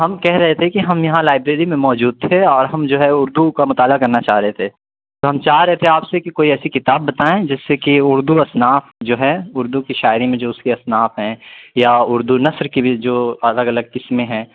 ہم کہہ رہے تھے کہ ہم یہاں لائبریری میں موجود تھے اور ہم جو ہے اردو کا مطالعہ کرنا چاہ رہے تھے تو ہم چاہ رہے تھے آپ سے کہ کوئی ایسی کتاب بتائیں جس سے کہ اردو اصناف جو ہیں اردو کی شاعری میں جو اس کی اصناف ہیں یا اردو نثر کی بھی جو الگ الگ قسمیں ہیں